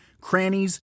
crannies